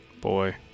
Boy